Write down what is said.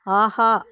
ஆஹா